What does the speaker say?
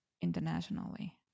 internationally